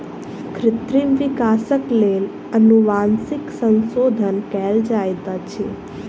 कृत्रिम विकासक लेल अनुवांशिक संशोधन कयल जाइत अछि